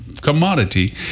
commodity